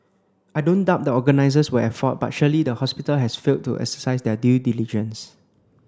I don't doubt the organisers were at fault but surely the hospital has failed to exercise their due diligence